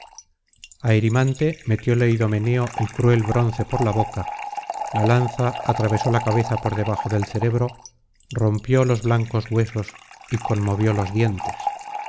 metióle idomeneo el cruel bronce por la boca la lanza atravesó la cabeza por debajo del cerebro rompió los blancos huesos y conmovió los dientes